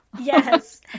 Yes